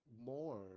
more